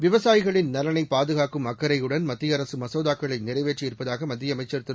விவசாயிகளின் நலனைப் பாதுகாக்கும் அக்கறையுடன் மத்திய நிறைவேற்றியிருப்பதாக மத்திய அமைச்சர் திரு